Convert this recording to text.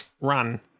run